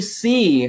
see